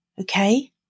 Okay